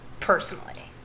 Personally